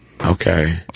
Okay